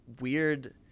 weird